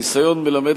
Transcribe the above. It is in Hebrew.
הניסיון מלמד,